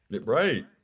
Right